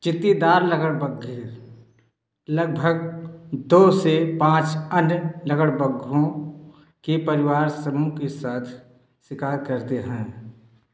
चित्तीदार लकड़बग्घे लगभग दो से पाँच अन्य लकड़बग्घों के परिवार समूह के साथ शिकार करते हैं